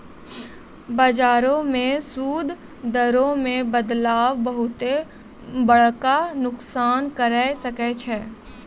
बजारो मे सूद दरो मे बदलाव बहुते बड़का नुकसान करै सकै छै